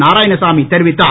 நாராயணசாமி தெரிவித்தார்